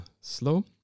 slow